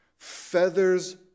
feathers